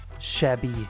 Shabby